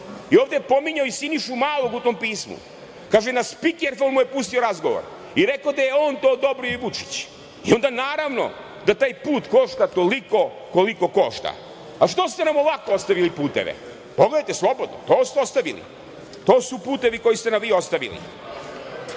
pismu. Ovde je pominjao i Sinišu Malog u tom pismu. Kaže na spikerfon mu je pustio razgovor i rekao da je on to odobrio i Vučić i onda, naravno, da taj put košta toliko koliko košta. Što ste nam ovako ostavili puteve? Pogledajte, slobodno, to ste ostavili, to su putevi koje ste nam vi ostavili.